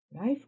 life